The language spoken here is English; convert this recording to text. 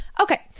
Okay